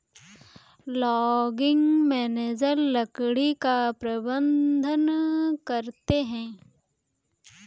logging manager लकड़ी का प्रबंधन करते है